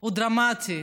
הוא דרמטי.